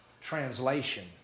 translation